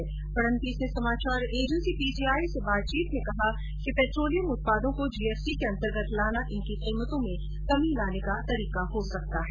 श्री फडणवीस ने समाचार agency PTI से बातचीत में कहा कि पैट्रोलियम उत्पादों को जीएसटी के अंतर्गत लाना इनकी कीमतों में कमी का एक तरीका हो सकता है